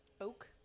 oak